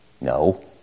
No